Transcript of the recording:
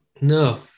No